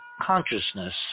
consciousness